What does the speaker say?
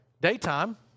daytime